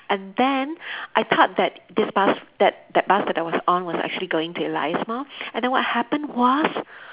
and then I thought that this bus that that bus was going to Elias Mall and then what happen was